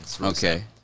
Okay